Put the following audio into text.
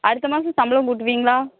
அடுத்தமாதம் சம்பளம் கூட்டுவீங்களா